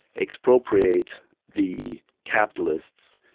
expropriate the capitalists,